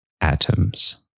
atoms